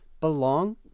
belong